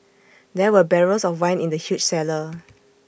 there were barrels of wine in the huge cellar